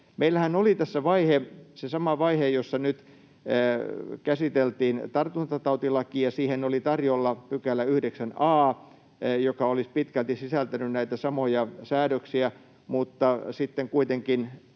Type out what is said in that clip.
Meillähän oli tässä vaihe, se sama vaihe, jossa käsiteltiin tartuntatautilaki, ja siihen oli tarjolla 9 a §, joka olisi pitkälti sisältänyt näitä samoja säännöksiä, mutta sitten kuitenkin